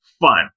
Fun